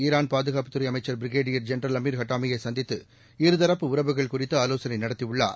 ஈரான்பாதுகாப்புதுறைஅமைச்சர்பிரிகேடியர்ஜெனரல்அமிர்ஹட்டாமியைசந்தித்து இருதரப்புஉறவுகள்குறித்துஆலோசனைநடத்தியுள்ளார்